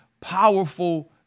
powerful